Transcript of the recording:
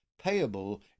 payable